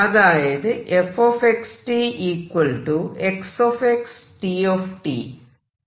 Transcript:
അതായത് fxt X T